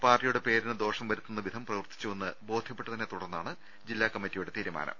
പാർട്ടിയുടെ പേരിന് ദോഷം വരുത്തുന്ന വിധം പ്രവർത്തിച്ചുവെന്ന് ബോധ്യപ്പെട്ടതിനെ തുടർന്നാണ് ജില്ലാ കമ്മിറ്റിയുടെ തീരുമാനം